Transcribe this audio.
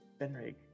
Benrig